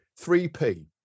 3P